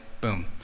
boom